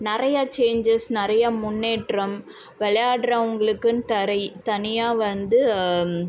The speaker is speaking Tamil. நிறையா சேஞ்சஸ் நிறையா முன்னேற்றம் விளையாட்றவங்களுக்குன்னு தரை தனியாக வந்து